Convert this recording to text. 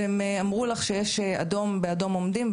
והם אמרו לך שיש אדום באדום עומדים.